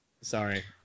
sorry